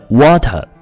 water